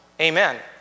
Amen